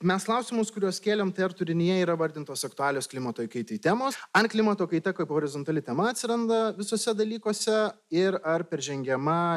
mes klausimus kuriuos kėlėm tai ar turinyje yra įvardintos aktualios klimato kaitai temos ar klimato kaita kaip horizontali tema atsiranda visuose dalykuose ir ar peržengiama